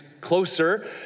Closer